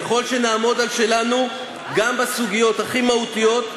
ככל שנעמוד על שלנו גם בסוגיות הכי מהותיות,